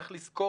צריך לזכור